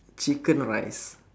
chicken rice